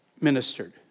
ministered